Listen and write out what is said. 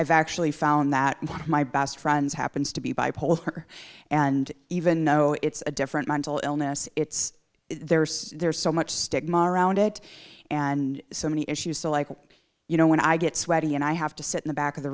i've actually found that one of my best friends happens to be bipolar and even though it's a different mental illness it's there's there's so much stigma around it and so many issues so like you know when i get sweaty and i have to sit in the back of the